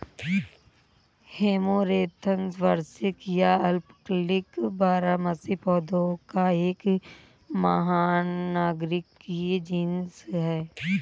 amaranthus वार्षिक या अल्पकालिक बारहमासी पौधों का एक महानगरीय जीनस है